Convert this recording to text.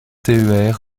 ter